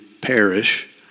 perish